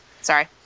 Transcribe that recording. sorry